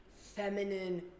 feminine